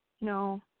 No